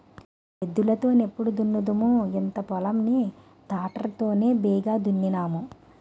ఎద్దులు తో నెప్పుడు దున్నుదుము ఇంత పొలం ని తాటరి తోనే బేగి దున్నేన్నాము